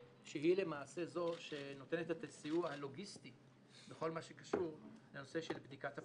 זו שנותנת את הסיוע הלוגיסטי בכל מה שקשור לנושא בדיקת הבחינות.